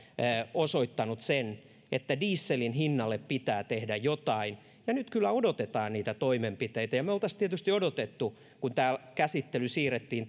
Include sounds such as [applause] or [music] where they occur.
osoittanut sen että dieselin hinnalle pitää tehdä jotain ja nyt kyllä odotetaan niitä toimenpiteitä ja me olisimme tietysti odottaneet kun tämä käsittely siirrettiin [unintelligible]